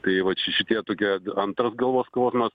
tai vat ši šitie tokie antras galvos skausmas